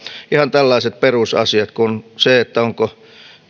ihan tällaiset perusasiat kuin se onko